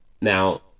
now